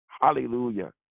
Hallelujah